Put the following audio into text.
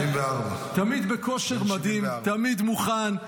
74. תמיד בכושר מדהים, תמיד מוכן.